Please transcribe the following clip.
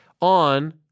on